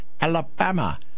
Alabama